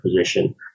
position